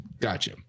Gotcha